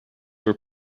were